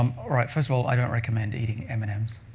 um all right, first of all, i don't recommend eating m and m's.